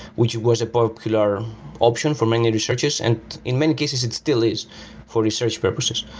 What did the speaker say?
which was a popular option for many researches, and in many cases it still is for research purposes.